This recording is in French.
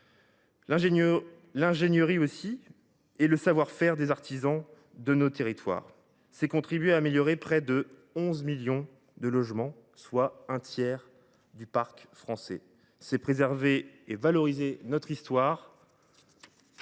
l’ingénierie et le savoir faire des artisans de nos territoires. C’est contribuer à améliorer près de 11 millions de logements, soit un tiers du parc français. C’est préserver et valoriser notre histoire,